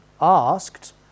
asked